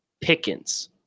Pickens